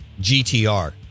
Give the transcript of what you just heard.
GTR